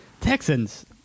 Texans